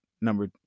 number